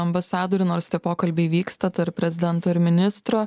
ambasadorių nors tie pokalbiai vyksta tarp prezidento ir ministro